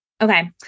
Okay